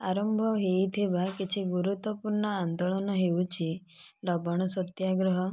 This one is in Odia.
ଆରମ୍ଭ ହୋଇଥିବା କିଛି ଗୁରୁତ୍ୱପୂର୍ଣ୍ଣ ଆନ୍ଦୋଳନ ହେଉଛି ଲବଣ ସତ୍ୟାଗ୍ରହ